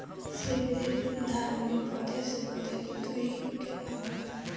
श्री विधि धान में पौधे से पौधे के दुरी केतना होला?